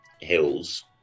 hills